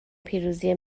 پیروزی